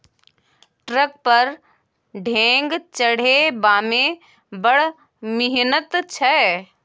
truck पर ढेंग चढ़ेबामे बड़ मिहनत छै